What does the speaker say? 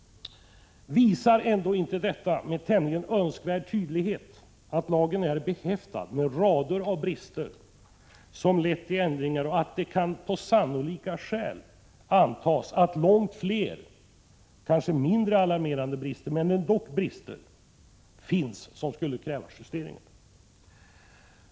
Visar ändå inte detta med önskvärd tydlighet att lagen är behäftad med rader av brister? Brister i lagen har lett till ändringar, och det kan på sannolika skäl antas att långt fler — kanske mindre alarmerande, men ändå brister — finns, som skulle kräva vissa justeringar?